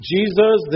Jesus